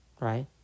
right